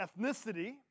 ethnicity